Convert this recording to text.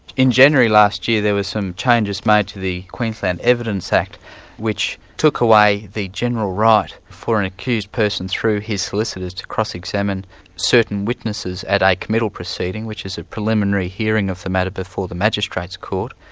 in january last year there were some changes made to the queensland evidence act which took away the general right for an accused person through his solicitors, to cross-examine certain witnesses at a committal proceeding, which is a preliminary hearing of the matter before the magistrate's court,